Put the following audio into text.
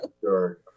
Sure